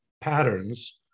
patterns